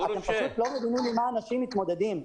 אתם פשוט לא מבינים עם מה אנשים מתמודדים,